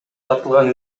тартылган